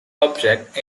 object